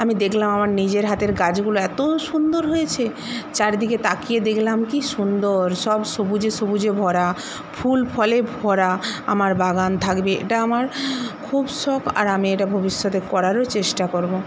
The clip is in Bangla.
আমি দেখলাম আমার নিজের হাতের গাছগুলো এতো সুন্দর হয়েছে চারিদিকে তাকিয়ে দেখলাম কি সুন্দর সব সবুজে সবুজে ভরা ফুল ফলে ভরা আমার বাগান থাকবে এটা আমার খুব শখ আর আমি এটা ভবিষ্যতে করারও চেষ্টা করবো